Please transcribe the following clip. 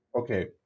Okay